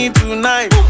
tonight